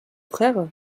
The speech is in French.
frères